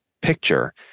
picture